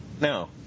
no